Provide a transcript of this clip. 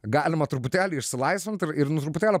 galima truputėlį išsilaisvint ir ir nu truputėlį